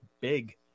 big